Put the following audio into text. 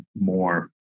more